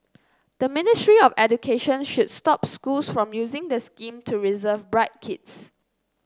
the Ministry of Education should stop schools from using the scheme to reserve bright kids